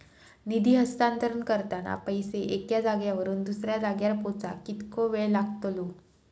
निधी हस्तांतरण करताना पैसे एक्या जाग्यावरून दुसऱ्या जाग्यार पोचाक कितको वेळ लागतलो?